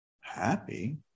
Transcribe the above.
happy